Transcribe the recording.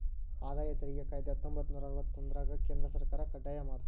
ಆದಾಯ ತೆರಿಗೆ ಕಾಯ್ದೆ ಹತ್ತೊಂಬತ್ತನೂರ ಅರವತ್ತೊಂದ್ರರಾಗ ಕೇಂದ್ರ ಸರ್ಕಾರ ಕಡ್ಡಾಯ ಮಾಡ್ತು